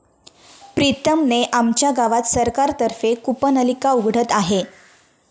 प्रीतम ने आमच्या गावात सरकार तर्फे कूपनलिका उघडत आहे